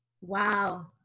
Wow